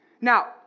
Now